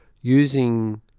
using